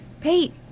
Pete